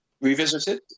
Revisited